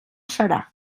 serà